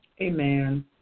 Amen